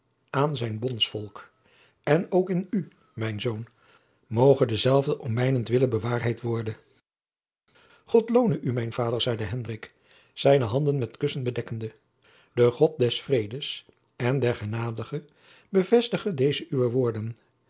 aan zijn bondsvolk en ook in u mijn zoon moge dezelve om mijnent wille bewaarheid worde god loone u mijn vader zeide hendrik zijne handen met kussen bedekkende de god des vredes en der genade bevestige deze uwe woorden